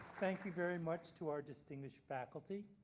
thank you very much to our distinguished faculty.